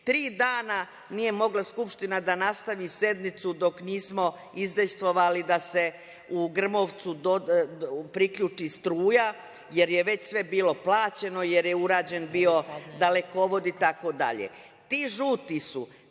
tri dana nije mogla Skupština da nastavi sednicu dok nismo izdejstvovali da se u Grmovcu priključi struja, jer je već sve bilo plaćeno, jer je urađen bio dalekovod itd.